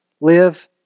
live